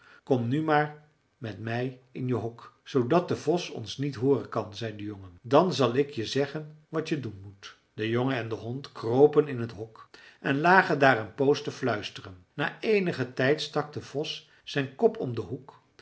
kom nu maar met mij in je hok zoodat de vos ons niet hooren kan zei de jongen dan zal ik je zeggen wat je doen moet de jongen en de hond kropen in het hok en lagen daar een poos te fluisteren na eenigen tijd stak de vos zijn kop om den hoek